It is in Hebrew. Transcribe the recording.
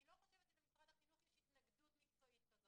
אני חושבת שבשיח בין משרד החינוך למשרד האוצר נמחקה המגבלה הזאת.